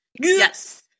Yes